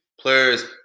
players